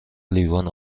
لیوان